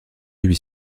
lui